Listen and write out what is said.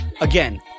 Again